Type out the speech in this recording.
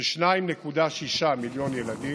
כ-2.6 מיליון ילדים,